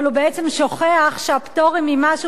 אבל הוא בעצם שוכח שהפטורים ממס שהוא